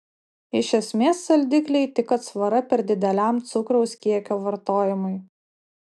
iš esmės saldikliai tik atsvara per dideliam cukraus kiekio vartojimui